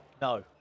no